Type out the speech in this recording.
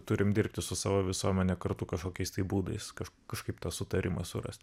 turime dirbti su savo visuomene kartu kažkokiais tai būdais kaž kažkaip tą sutarimą surast